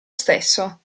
stesso